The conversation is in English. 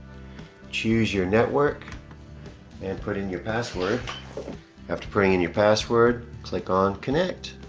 choose your network and put in your password after putting in your password click on connect